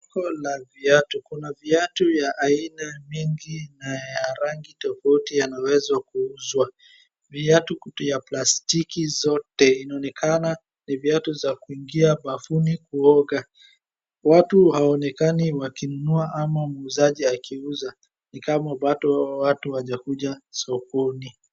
Soko la viatu. Kuna viatu vya aina mingi na ya rangi tofauti yanawezwa kuuzwa. Viatu ya plastiki zote. Inaonekana ni viatu za kuingia bafuni kuoga. Watu hawaonekani wakinunua ama muuzaji akiuza ni kama bado watu hawajakuja sokoni.